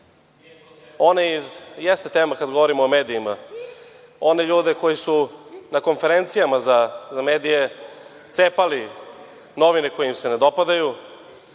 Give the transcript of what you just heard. tema.)Jeste tema kada govorimo o medijima. One ljude koje su na konferencijama za medije, cepali novine koje im se ne dopadaju,